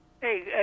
Hey